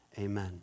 amen